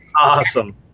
Awesome